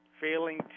failing